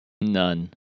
None